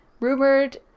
rumored